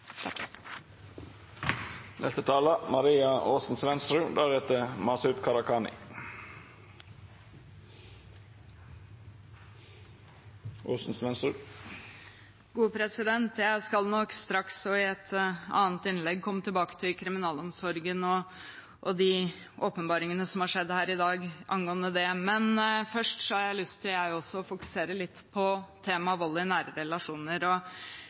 takk til hele etaten. Og jeg lurer virkelig på hva i denne reformen Arbeiderpartiet vil endre på. Jeg skal straks og i et annet innlegg komme tilbake til kriminalomsorgen og de åpenbaringene som har skjedd her i dag angående det. Men først har jeg lyst til å fokusere litt på temaet vold i nære relasjoner.